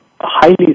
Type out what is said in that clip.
highly